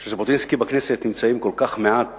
לציון זכרו של ז'בוטינסקי בכנסת נמצאים כל כך מעט